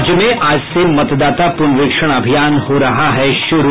राज्य में आज से मतदाता पुनरीक्षण अभियान हो रहा है शुरू